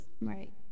right